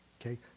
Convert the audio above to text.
okay